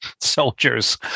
soldiers